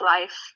Life